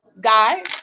guys